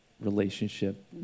relationship